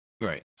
right